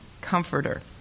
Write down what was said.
comforter